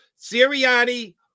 Sirianni